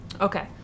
Okay